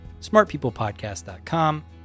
smartpeoplepodcast.com